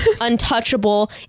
untouchable